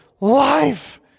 life